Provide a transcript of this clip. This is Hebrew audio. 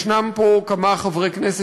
יש פה כמה חברי כנסת,